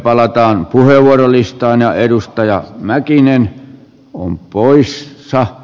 palataan puheenvuorolistaanä edustaja mäkinen on poissa